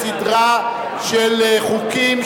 סדרה של חוקים,